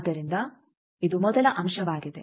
ಆದ್ದರಿಂದ ಇದು ಮೊದಲ ಅಂಶವಾಗಿದೆ